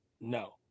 no